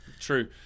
true